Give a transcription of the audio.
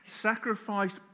sacrificed